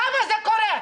למה זה קורה?